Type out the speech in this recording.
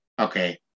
okay